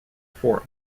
forum